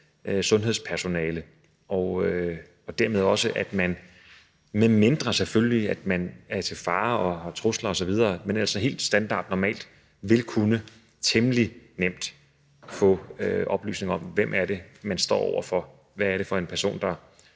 sundhedspersonale, og dermed også, at man, medmindre, selvfølgelig, man er til fare og der er trusler osv., helt standardmæssigt og normalt temmelig nemt vil kunne få oplysning om, hvem det er, man står over for, hvad det er for en person, der